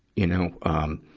you know, um,